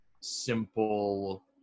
simple